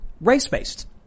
race-based